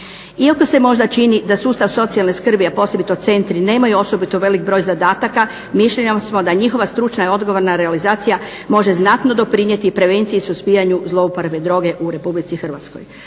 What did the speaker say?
Iako se možda čini da sustav socijalne skrbi, a posebito centri, nemaju osobito velik broj zadataka, mišljenja smo da njihova stručna i odgovorna realizacija može znatno doprinijeti prevenciji i suzbijanju zlouporabe droge u RH.